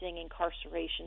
incarceration